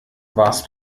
warst